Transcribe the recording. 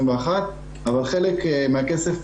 אבל חלק מהכסף,